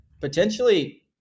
potentially